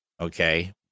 Okay